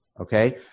Okay